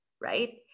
right